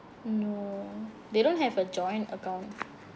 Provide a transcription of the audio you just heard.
no they don't have a joint account